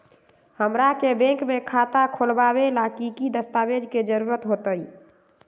हमरा के बैंक में खाता खोलबाबे ला की की दस्तावेज के जरूरत होतई?